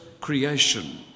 creation